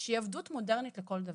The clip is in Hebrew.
שהיא עבדות מודרנית לכל דבר.